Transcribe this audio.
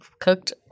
cooked